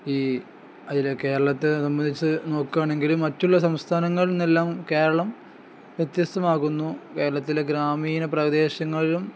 ഈ അതില് കേരളത്തെ സംബന്ധിച്ച് നോക്കുകയാണെങ്കില് മറ്റുള്ള സംസ്ഥാനങ്ങളിൽനിന്നെല്ലാം കേരളം വ്യത്യസ്തമാകുന്നു കേരളത്തിലെ ഗ്രാമീണ പ്രദേശങ്ങളിലും